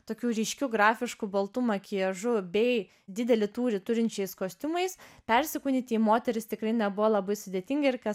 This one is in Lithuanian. tokiu ryškiu grafišku baltu makiažu bei didelį tūrį turinčiais kostiumais persikūnyti į moteris tikrai nebuvo labai sudėtinga ir ką